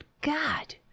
God